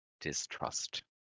distrust